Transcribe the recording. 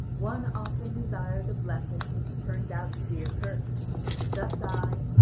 one often desires a blessing which turns out to be a curse thus i,